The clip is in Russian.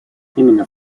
именно